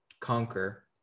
conquer